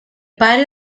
pare